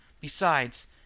Besides